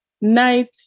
night